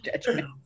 judgment